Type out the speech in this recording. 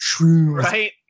right